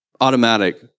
automatic